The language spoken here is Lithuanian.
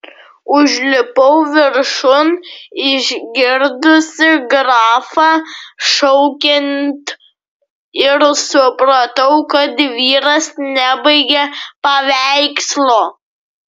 užlipau viršun išgirdusi grafą šaukiant ir supratau kad vyras nebaigė paveikslo